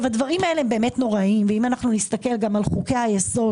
הדברים האלה באמת נוראיים ואם נסתכל על חוקי היסוד